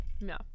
No